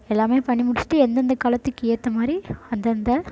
எல்லாமே பண்ணி முடிச்சுட்டு எந்தெந்த காலத்துக்கு ஏற்ற மாதிரி அந்தந்த